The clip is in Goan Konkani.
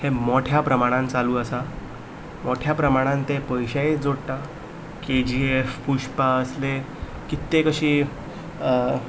हे मोट्या प्रमाणान चालू आसा मोठ्या प्रमाणान ते पयशेय जोडटा के जी एफ पुश्पा असले कित्येक अशी